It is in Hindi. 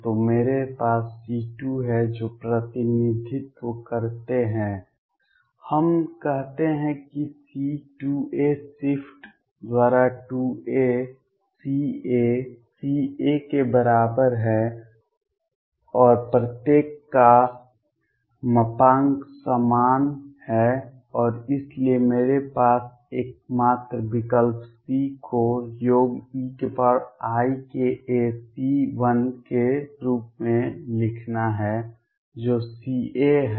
तो मेरे पास C2 है जो प्रतिनिधित्व करते हैं हम कहते हैं कि C शिफ्ट द्वारा 2 a CC के बराबर है और प्रत्येक का मापांक समान है और इसलिए मेरे पास एकमात्र विकल्प C को योग eika c 1 के रूप में लिखना है जो C है